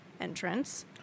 entrance